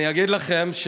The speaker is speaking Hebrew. אני אגיד לכם,